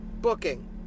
booking